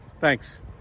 Thanks